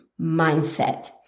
mindset